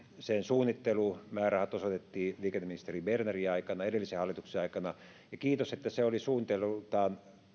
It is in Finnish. sen suunnittelumäärärahat osoitettiin liikenneministeri bernerin aikana edellisen hallituksen aikana ja kiitos sen että se oli suunnittelultaan